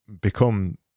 become